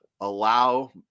allow